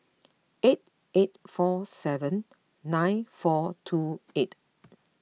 eight eight four seven nine four two eight